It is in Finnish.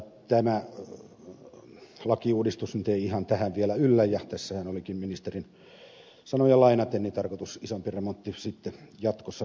tämä lakiuudistus nyt ei ihan tähän vielä yllä ja tässähän olikin ministerin sanoja lainaten tarkoitus isompi remontti sitten jatkossa käynnistää